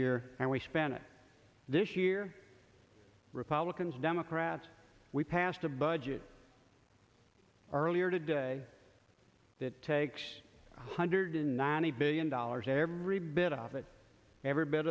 year and we spent it this year republicans democrats we passed a budget earlier today that takes one hundred ninety billion dollars every bit of it every bit